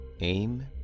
aim